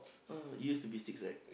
oh used to be six right